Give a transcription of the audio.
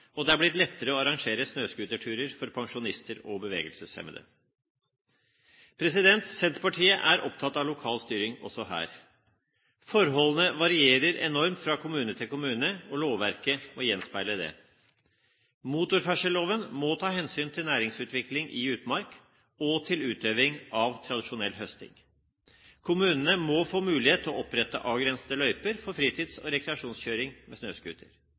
og det er blitt lettere å arrangere snøscooterturer for pensjonister og bevegelseshemmede. Senterpartiet er opptatt av lokal styring, også her. Forholdene varierer enormt fra kommune til kommune, og lovverket må gjenspeile det. Motorferdselsloven må ta hensyn til næringsutvikling i utmark, og til utøving av tradisjonell høsting. Kommunene må få mulighet til å opprette avgrensede løyper for fritids- og rekreasjonskjøring med snøscooter.